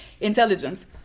intelligence